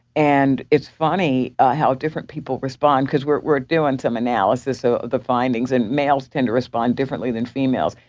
and it's funny how different people respond because we're we're doing some analysis of the findings. and males tend to respond differently than females.